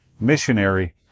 missionary